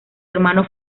hermano